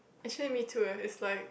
actually me too leh is like